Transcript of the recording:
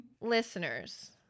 Listeners